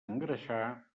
engreixar